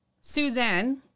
Suzanne